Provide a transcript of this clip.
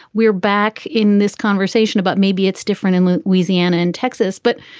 we're back in this conversation about maybe it's different in louisiana and texas but